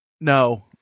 No